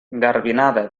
garbinada